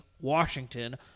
Washington